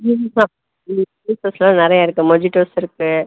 ம் ஜூஸஸ்லாம் நிறையா இருக்குது மொஜிட்டோஸ் இருக்குது